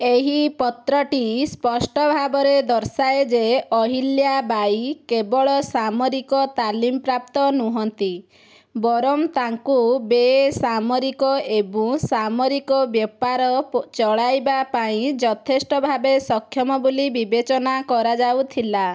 ଏହି ପତ୍ରଟି ସ୍ପଷ୍ଟ ଭାବରେ ଦର୍ଶାଏ ଯେ ଅହିଲ୍ୟା ବାଈ କେବଳ ସାମରିକ ତାଲିମ ପ୍ରାପ୍ତ ନୁହଁନ୍ତି ବରଂ ତାଙ୍କୁ ବେସାମରିକ ଏବଂ ସାମରିକ ବ୍ୟାପାର ଚଳାଇବା ପାଇଁ ଯଥେଷ୍ଟ ଭାବେ ସକ୍ଷମ ବୋଲି ବିବେଚନା କରାଯାଉଥିଲା